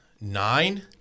nine